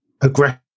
aggressive